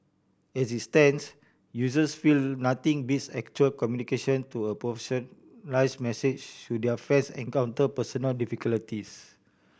as it stands users feel nothing beats actual communication through a message should their friends encounter personal